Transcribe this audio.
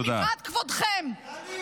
מפאת כבודכם,